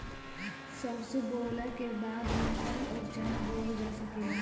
सरसों बोअला के बाद मकई अउर चना बोअल जा सकेला